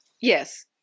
Yes